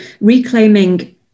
reclaiming